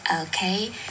okay